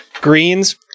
greens